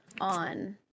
on